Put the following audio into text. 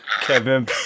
Kevin